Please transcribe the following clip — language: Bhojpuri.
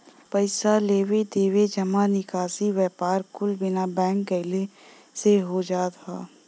पइसा लेवे देवे, जमा निकासी, व्यापार कुल बिना बैंक गइले से हो जात हौ